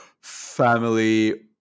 family